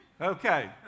Okay